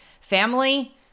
family